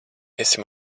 esi